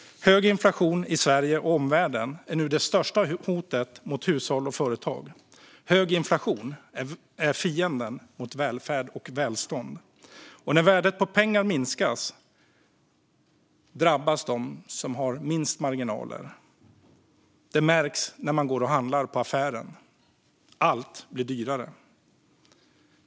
Hög inflation i Sverige och omvärlden är nu det största hotet mot hushåll och företag. Hög inflation är välfärdens och välståndets fiende. När värdet på pengar minskas drabbas de som har minst marginaler. Det märks när man går och handlar i affären; allt blir dyrare.